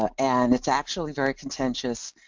um and its actually very contentious